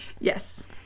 Yes